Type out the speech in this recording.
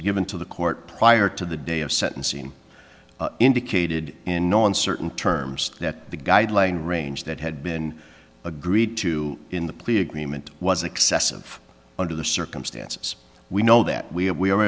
given to the court prior to the day of sentencing indicated in nor uncertain terms that the guideline range that had been agreed to in the plea agreement was excessive under the circumstances we know that we have we are